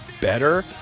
better